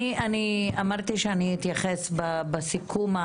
אני אמרתי שאתייחס בסיכום.